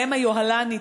בהם היוהל"ם,